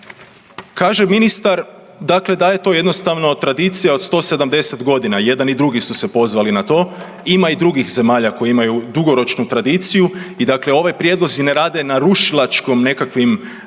Kaže ministar dakle da je to jednostavno tradicija od 170 godina. Jedan i drugi su se pozvali na to. Ima i drugih zemalja koje imaju dugoročnu tradiciju i dakle ovi prijedlozi ne rade na rušilačkim nekakvim postavkama